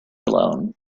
alone